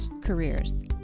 careers